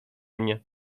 mnie